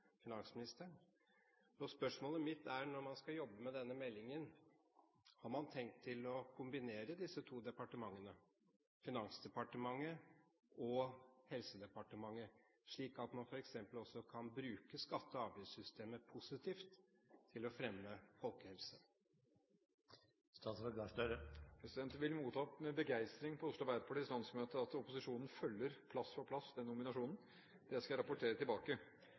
finansministeren. Spørsmålet mitt er: Når man skal jobbe med denne meldingen, har man tenkt å kombinere disse to departementene, Finansdepartementet og Helsedepartementet, slik at man f.eks. også kan bruke skatte- og avgiftssystemet positivt til å fremme folkehelse? Det vil bli mottatt med begeistring på Oslo Arbeiderpartis landsmøte at opposisjonen følger nominasjonen plass for plass – det skal jeg rapportere tilbake.